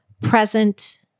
present